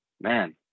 man